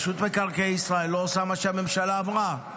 מינהל מקרקעי ישראל לא עושה מה שהממשלה אמרה.